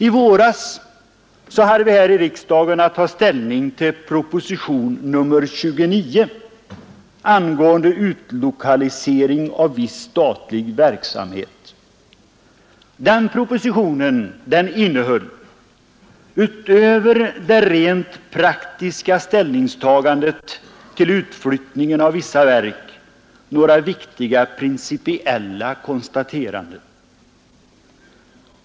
I våras hade vi här i riksdagen att ta ställning till proposition nr 29 angående omlokalisering av viss statlig verksamhet. Den propositionen innehöll, utöver det rent praktiska ställningstagandet till utflyttningen av vissa verk, några viktiga principiella konstateranden.